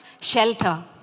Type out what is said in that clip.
Shelter